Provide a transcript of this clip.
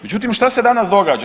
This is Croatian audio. Međutim, šta se danas događa?